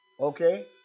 Okay